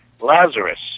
Lazarus